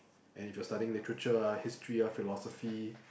and if you're studying literature ah history ah philosophy